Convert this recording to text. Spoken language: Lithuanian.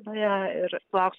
nauja ir lauks